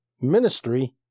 ministry